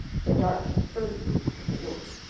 the dark and frozen regions of the north.